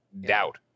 doubt